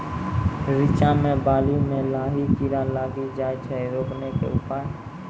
रिचा मे बाली मैं लाही कीड़ा लागी जाए छै रोकने के उपाय?